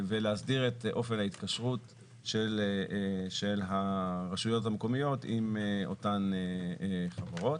ולהסדיר את אופן ההתקשרות של הרשויות המקומיות עם אותן חברות.